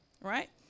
right